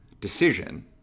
decision